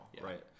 right